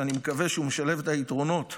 שאני מקווה שהוא ישלב את היתרונות,